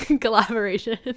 Collaboration